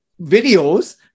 videos